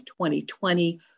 2020